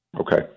Okay